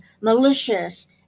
malicious